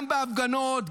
גם בהפגנות,